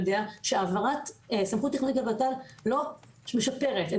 יודע שהעברת סמכות תכנונית לות"ל לא משפרת את